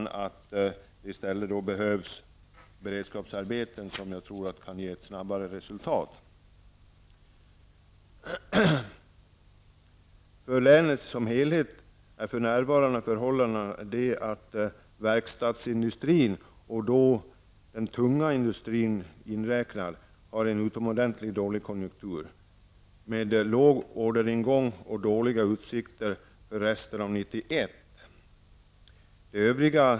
I stället kan det då behövas beredskapsarbeten, som jag tror kan ge resultat snabbare. För länet som helhet har verkstadsindustrin, den tunga industrin inräknad, en mycket dålig konjunktur med låg orderingång och dåliga utsikter för resten av 1991.